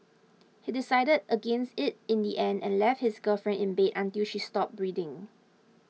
he decided against it in the end and left his girlfriend in bed until she stopped breathing